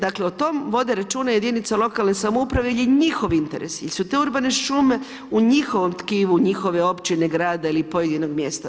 Dakle, o tom vode računa jedinice lokalne samouprave jer je njihov interes jer su te urbane šume u njihovom tkivu njihove općine, grada ili pojedinog mjesta.